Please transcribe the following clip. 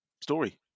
story